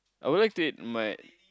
I would like to eat my